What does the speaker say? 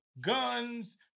guns